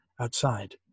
outside